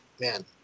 man